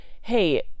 hey